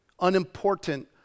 unimportant